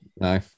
no